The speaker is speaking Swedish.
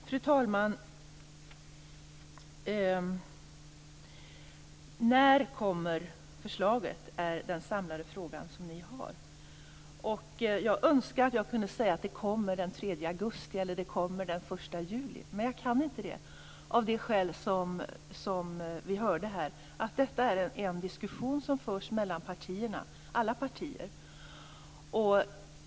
Fru talman! När kommer förslaget? är den samlade frågan ni har. Jag önskar att jag kunde säga: Det kommer den 3 augusti eller den 1 juli. Men jag kan inte det, av det skäl vi hörde här. Detta är en diskussion som förs mellan alla partier.